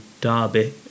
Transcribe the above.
Derby